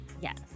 Yes